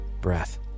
breath